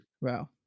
Wow